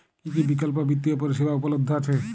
কী কী বিকল্প বিত্তীয় পরিষেবা উপলব্ধ আছে?